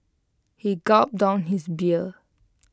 he gulped down his beer